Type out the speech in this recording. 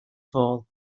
fall